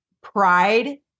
pride